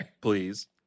Please